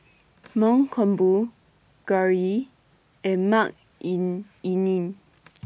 Mankombu Gauri and Makineni